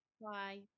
Bye